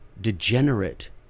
degenerate